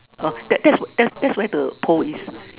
uh that that's where that's where the pole is